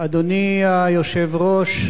אדוני היושב-ראש,